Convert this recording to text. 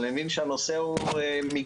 אבל, אני מבין שהנושא הוא מיגוניות.